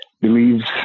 believes